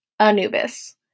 Anubis